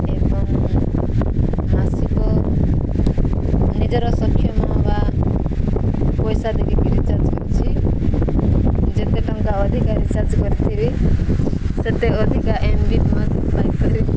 ଏବଂ ମାସିକ ନିଜର ସକ୍ଷମ ବା ପଇସା ଦେଖିକି ରିଚାର୍ଜ କରିଛି ଯେତେ ଟଙ୍କା ଅଧିକା ରିଚାର୍ଜ କରିଥିବେ ସେତେ ଅଧିକା ଏମ୍ ବିି ଫ ପାଇପାରିବ